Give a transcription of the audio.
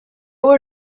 were